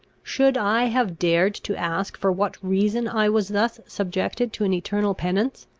should i have dared to ask for what reason i was thus subjected to an eternal penance?